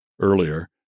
earlier